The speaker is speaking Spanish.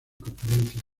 conferencias